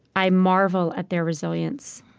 i marvel at their resilience.